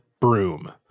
broom